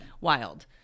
wild